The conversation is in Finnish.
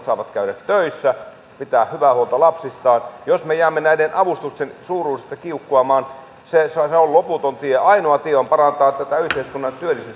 saavat käydä töissä pitää hyvää huolta lapsistaan jos me jäämme näiden avustusten suuruuksista kiukkuamaan se on loputon tie ainoa tie on parantaa tätä yhteiskunnan